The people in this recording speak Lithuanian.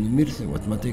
numirsi vat matai